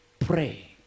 Pray